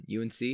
UNC